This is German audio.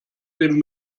den